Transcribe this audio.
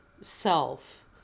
self